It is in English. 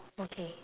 okay